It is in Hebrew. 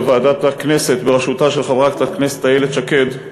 בוועדת הכנסת בראשותה של חברת הכנסת איילת שקד,